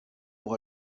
pour